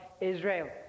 Israel